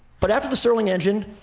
but after the stirling engine,